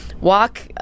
walk